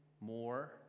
more